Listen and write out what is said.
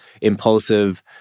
impulsive